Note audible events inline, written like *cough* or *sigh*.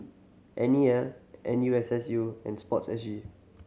N E L N U S S U and Sport *unintelligible* G